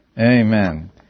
Amen